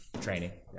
training